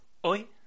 Hoy